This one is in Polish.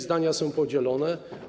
Zdania są podzielone.